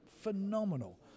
phenomenal